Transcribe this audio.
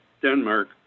Denmark